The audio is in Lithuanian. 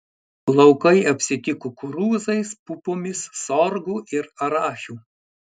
laukai apsėti kukurūzais pupomis sorgu ir arachiu